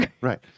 Right